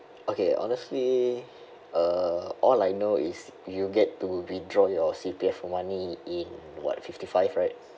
okay honestly uh all I know is you get to withdraw your C_P_F money in what fifty five right